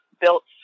built